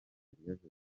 joseph